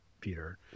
Peter